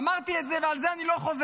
אמרתי את זה, ועל זה אני לא חוזר.